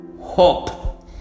hope